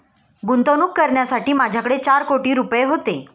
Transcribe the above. गुंतवणूक करण्यासाठी माझ्याकडे चार कोटी रुपये होते